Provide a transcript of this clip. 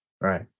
Right